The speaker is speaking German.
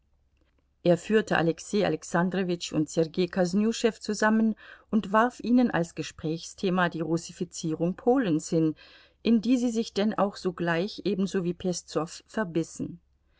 er führte alexei alexandrowitsch und sergei kosnüschew zusammen und warf ihnen als gesprächsthema die russifizierung polens hin in die sie sich denn auch sogleich ebenso wie peszow verbissen